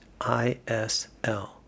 ISL